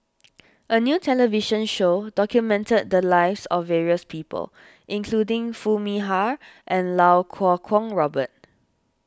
a new television show documented the lives of various people including Foo Mee Har and Iau Kuo Kwong Robert